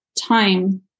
time